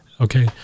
Okay